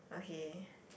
okay